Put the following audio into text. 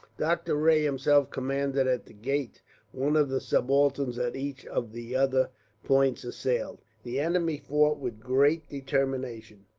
doctor rae himself commanded at the gate one of the subalterns at each of the other points assailed. the enemy fought with great determination.